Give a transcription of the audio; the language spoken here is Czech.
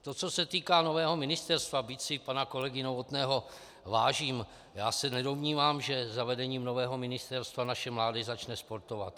To, co se týká nového ministerstva byť si pana kolegy Novotného vážím, nedomnívám se, že zavedením nového ministerstva naše mládež začne sportovat.